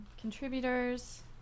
Contributors